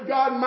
God